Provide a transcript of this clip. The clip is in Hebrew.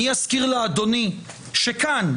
אני אזכיר לאדוני שכאן,